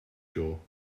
jaw